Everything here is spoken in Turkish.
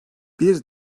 bir